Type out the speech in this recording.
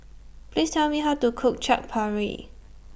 Please Tell Me How to Cook Chaat Papri